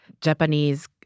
Japanese